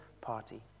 party